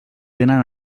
tenen